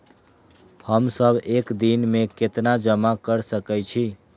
हम सब एक दिन में केतना जमा कर सके छी?